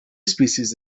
species